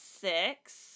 six